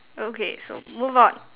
okay so move on